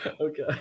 Okay